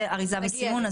זה אריזה וסימון,